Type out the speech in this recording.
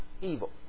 evil